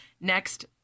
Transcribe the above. next